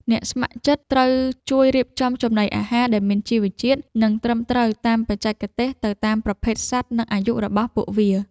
អ្នកស្ម័គ្រចិត្តត្រូវជួយរៀបចំចំណីអាហារដែលមានជីវជាតិ និងត្រឹមត្រូវតាមបច្ចេកទេសទៅតាមប្រភេទសត្វ និងអាយុរបស់ពួកវា។